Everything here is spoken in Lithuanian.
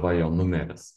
va jo numeris